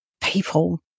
people